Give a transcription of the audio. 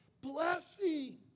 blessing